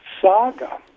saga